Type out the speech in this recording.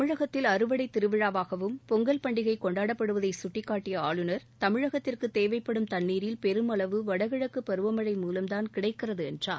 தமிழகத்தில் அறுவடைத் திருவிழாவாகவும் பொங்கல் பண்டிகை கொண்டாடப்படுவதை சுட்டிக்காட்டிய ஆளுநர் தமிழகத்திற்கு தேவைப்படும் தண்ணீரில் பெருமளவு வடகிழக்கு பருவமழை மூலம்தான் கிடைக்கிறது என்றார்